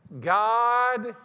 God